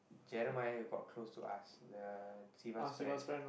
Jeremiah got close to us the Siva's friend